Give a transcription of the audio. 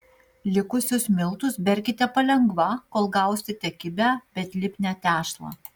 likusius miltus berkite palengva kol gausite kibią bet lipnią tešlą